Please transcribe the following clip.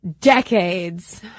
decades